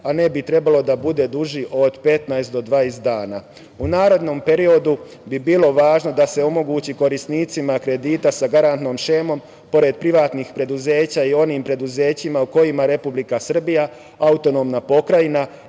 a ne bi trebalo da bude duži od 15 do 20 dana.U narednom periodu bi bilo važno da se omogući korisnicima kredita sa garantnom šemom, pored privatnih preduzeća, i onim preduzećima o kojima Republika Srbija, AP ili jedinica